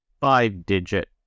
five-digit